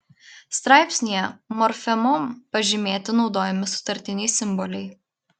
straipsnyje morfemom pažymėti naudojami sutartiniai simboliai